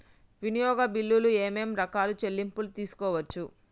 వినియోగ బిల్లులు ఏమేం రకాల చెల్లింపులు తీసుకోవచ్చు?